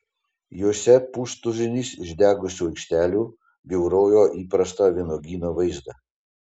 jose pustuzinis išdegusių aikštelių bjaurojo įprastą vynuogyno vaizdą